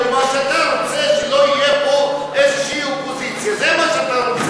אתה רוצה שלא תהיה פה אופוזיציה אלא דיקטטורה.